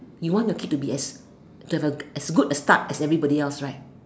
you want the kid to be as as good a start as everybody else right